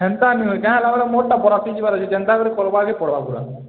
ହେନ୍ତା ନୁହେଁ କାଁ ହେଲା ବୋଲ୍ ମୋର୍ଟା ବାରାତି ଯିବାର ଅଛି ଯେନ୍ତା କରି କର୍ବାକେ ପଡ଼୍ବା ପୂରା